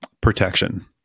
protection